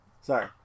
Sorry